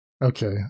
Okay